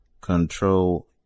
control